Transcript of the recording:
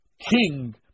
king